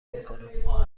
میکنم